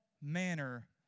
manner